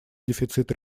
дефицит